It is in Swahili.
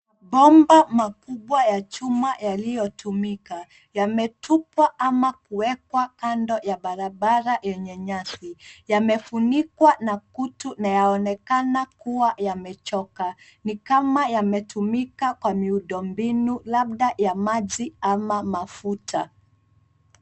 Mabomba makubwa ya chuma yaliyotumika yametupwa ama kuwekwa kando ya barabara yenye nyasi. Yamefunikwa na kutu na yanaonekana kuwa yamechoka. Ni kama yametumika kwa miundo mbinu labda ya maji ama mafuta.